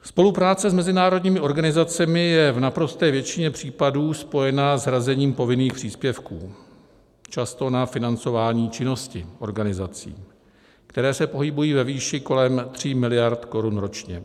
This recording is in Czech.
Spolupráce s mezinárodními organizacemi je v naprosté většině případů spojena s hrazením povinných příspěvků, často na financování činnosti organizací, které se pohybují ve výši kolem 3 mld. korun ročně.